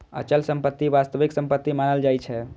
अचल संपत्ति वास्तविक संपत्ति मानल जाइ छै